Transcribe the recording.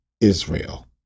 Israel